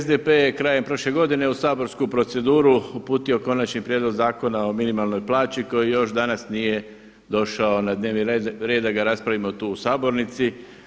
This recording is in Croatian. SDP je krajem prošle godine u saborsku proceduru uputio konačni prijedlog zakona o minimalnoj plaći koji još danas nije došao na dnevni red da ga raspravimo tu u sabornici.